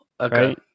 Okay